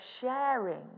sharing